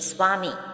Swami